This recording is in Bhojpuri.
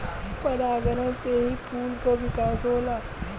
परागण से ही फूल क विकास होला